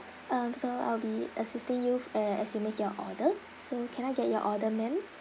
um so I'll be assisting you uh as you make your order so can I get your order ma'am